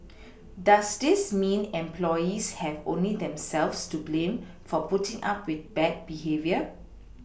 does this mean employees have only themselves to blame for putting up with bad behaviour